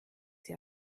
sie